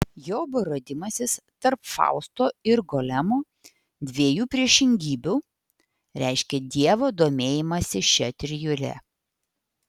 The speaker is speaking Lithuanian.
jobo radimasis tarp fausto ir golemo dviejų priešingybių reiškia dievo domėjimąsi šia trijule